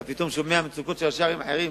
אתה פתאום שומע מצוקות של ראשי ערים אחרים,